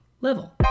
level